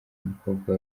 umukobwa